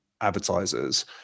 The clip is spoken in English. advertisers